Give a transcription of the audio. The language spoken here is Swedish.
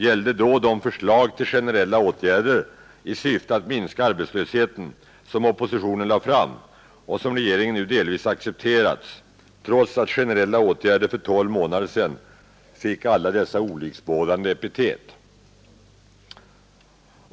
gällde då de förslag till generella åtgärder i syfte att minska arbetslösheten som oppositionen lade fram och som regeringen nu delvis accepterat, trots att generella åtgärder för 12 månader sedan fick alla dessa olycksbådande epitet.